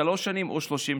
שלוש שנים או 30 שנה.